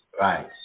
Right